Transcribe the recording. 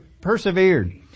persevered